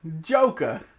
Joker